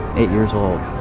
eight years old.